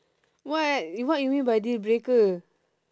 what what you mean by deal breaker